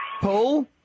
Paul